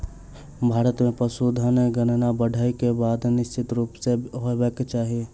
भारत मे पशुधन गणना बाइढ़क बाद निश्चित रूप सॅ होयबाक चाही